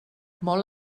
molt